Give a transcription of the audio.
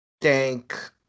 thank